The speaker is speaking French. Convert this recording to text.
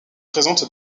présentes